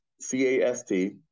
c-a-s-t